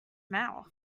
mouth